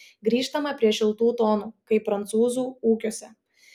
grįžtama prie šiltų tonų kai prancūzų ūkiuose